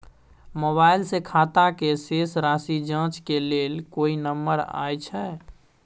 Mobile से खाता के शेस राशि जाँच के लेल कोई नंबर अएछ?